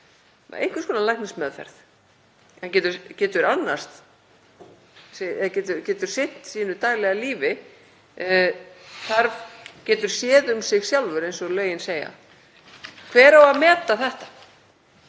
einhvers konar læknismeðferð. Hann getur sinnt sínu daglega lífi, getur séð um sig sjálfur, eins og lögin segja. Hver á að meta þetta?